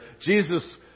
Jesus